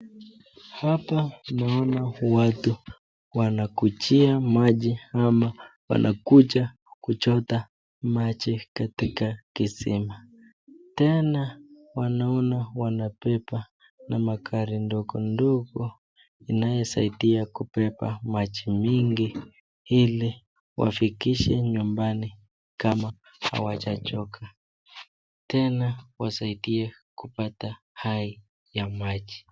Hapa naona watu wanakujia maji ama wanakuja kuchota maji katika kisima. Tena wanaona wanabeba na magari ndogo ndogo inayosaidia kubeba maji mingi ili wafikishe nyumbana kama hawajachoka. Tena wasaidie kupata hai ya maji.